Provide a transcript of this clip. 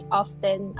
often